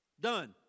Done